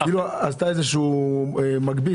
כאילו עשתה איזושהי מגבית.